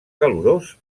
calorós